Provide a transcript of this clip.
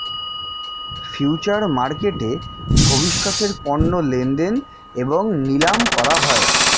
future মার্কেটে ভবিষ্যতের পণ্য লেনদেন এবং নিলাম করা হয়